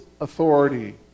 authority